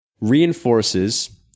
reinforces